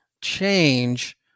change